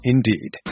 Indeed